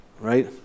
right